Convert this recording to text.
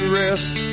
rest